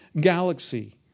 galaxy